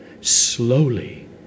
slowly